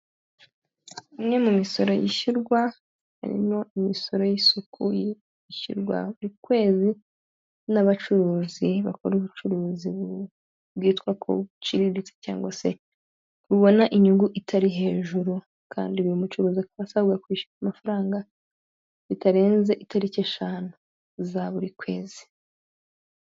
Imwe mu misoro yishyurwa harimo imisoro y'isuku, yishyurwa buri kwezi n'abacuruzi bakora ubucuruzi bwitwa ko buciriritse cyangwa se bubona inyungu itari hejuru, kandi buri mucuruzi akaba asabwa kwishyura amafaranga bitarenze itariki eshanu za buri kwezi.